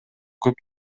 көп